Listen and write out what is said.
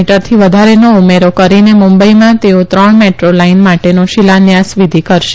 મીથી વધારેનો ઉમેરો કરીને મુંબઈમાં તેઓ ત્રણ મેદ્રો લાઈન માટેનો શિલાન્યાસ વિધિ કરશે